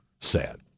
Sad